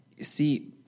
See